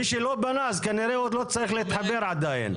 מי שלא בנה אז כנראה הוא עוד לא צריך להתחבר עדיין,